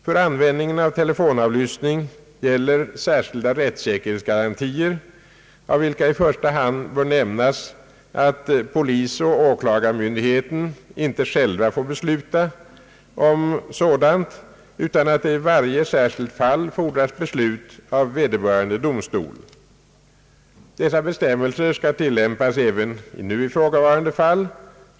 För användningen av telefonavlyssning gäller särskilda rättssäkerhetsgarantier, av vilka i första hand bör nämnas att polisoch åklagarmyndigheterna inte själva får besluta om sådan avlyssning utan att det i varje särskilt fall fordras beslut av vederbörande domstol. Dessa bestämmelser skall tilllämpas även i nu ifrågavarande fall.